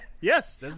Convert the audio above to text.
Yes